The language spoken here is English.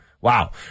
Wow